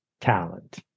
talent